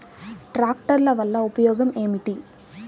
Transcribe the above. ట్రాక్టర్ల వల్ల ఉపయోగం ఏమిటీ?